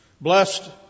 Blessed